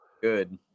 good